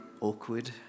awkward